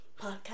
podcast